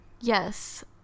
yes